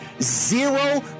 Zero